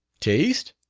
taste?